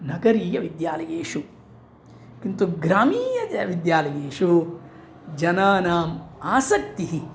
नगरीयविद्यालयेषु किन्तु ग्रामीणविद्यालयेषु जनानाम् आसक्तिः